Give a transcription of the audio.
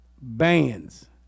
bands